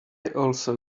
also